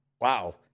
wow